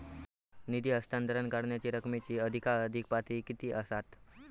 निधी हस्तांतरण करण्यांच्या रकमेची अधिकाधिक पातळी किती असात?